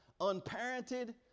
unparented